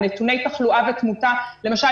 על נתוני תחלואה ותמותה למשל,